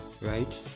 right